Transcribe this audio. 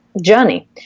journey